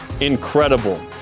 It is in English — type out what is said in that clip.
Incredible